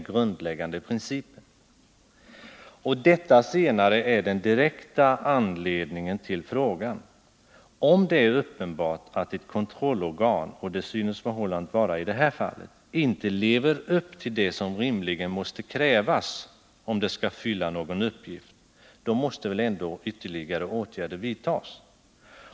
Det är produktkontrollnämndens oförmåga i detta avseende som är den direkta anledningen till frågan. Om det är uppenbart att, som förhållandet synes vara i det här fallet, ett kontrollorgan inte lever upp till de krav som rimligen måste ställas, om det skall fylla någon uppgift, måste väl ändå ytterligare åtgärder vidtas.